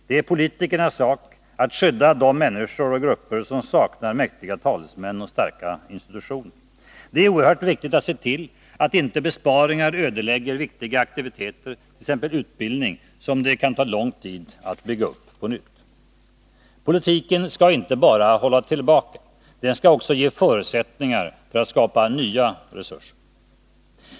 Det är politikernas sak att skydda de människor och grupper som saknar mäktiga talesmän och starka institutioner. Det är oerhört viktigt att se till att inte besparingar ödelägger viktiga aktiviteter, t.ex. utbildning, som det kan ta lång tid att bygga upp på nytt. Politiken skall inte bara hålla tillbaka. Den skall också ge förutsättningar för att skapa nya resurser.